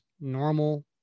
normal